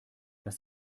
das